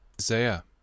Isaiah